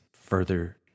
further